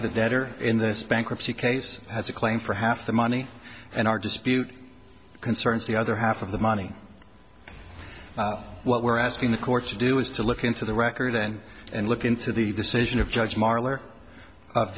the debtor in this bankruptcy case has a claim for half the money and are dispute concerns the other half of the money what we're asking the courts to do is to look into the record and and look into the decision of judge marl